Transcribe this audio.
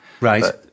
Right